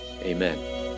Amen